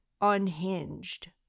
unhinged